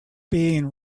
being